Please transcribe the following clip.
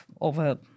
over